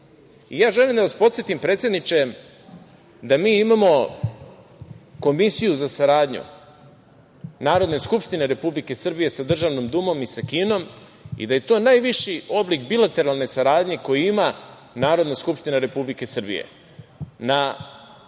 i ja želim da vas podsetim, predsedniče, da mi imamo Komisiju za saradnju Narodne skupštine Republike Srbije sa Državnom dumom i sa Kinom i da je to najviši oblik bilateralne saradnje koji ima Narodna skupština Republike Srbije. Na